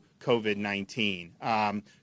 COVID-19